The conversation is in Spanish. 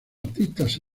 artistas